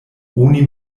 oni